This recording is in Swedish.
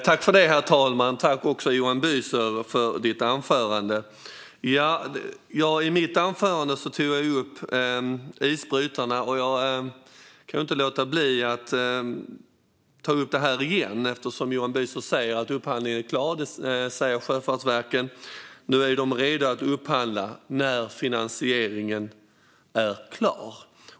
Herr talman! Tack, Johan Büser, för ditt anförande! I mitt anförande tog jag upp isbrytarna, och jag kan inte låta bli att ta upp dem igen. Johan Büser säger att Sjöfartsverket säger att de är redo att upphandla när finansieringen är klar.